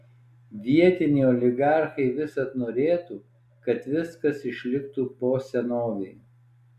vietiniai oligarchai visad norėtų kad viskas išliktų po senovei